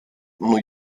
new